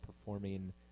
performing